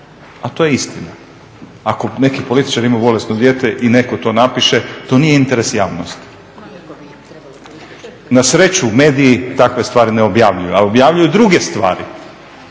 a to je istina. Ako neki političar ima bolesno dijete i neko to napiše to nije interes javnosti. Na sreću mediji takve stvari ne objavljuju. Ali objavljuju druge stvari